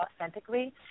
authentically